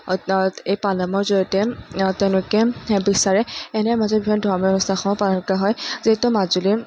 এই পাল নামৰ জৰিয়তে তেওঁলোকে বিচাৰে এনেদৰে মাজুলীত বিভিন্ন ধৰ্মীয় অনুষ্ঠাসমূহ পালন কৰা হয় যিহেতু মাজুলী